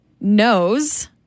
knows